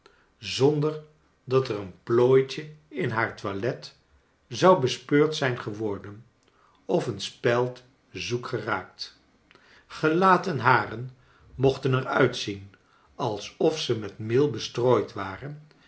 zonder dat er een plooitje in haar toilet zou bespeurd zijn geworden of een speld zoek geraakt gelaat en haren mochten er uitzien alsof ze met meel bestrooid waren